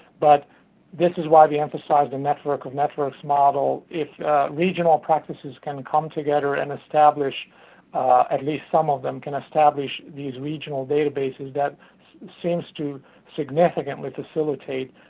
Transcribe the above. but this is why we emphasize the network of networks model. if regional practices can come together and establish at least some of them can establish these regional databases, that seems to significantly facilitate